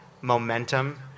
Momentum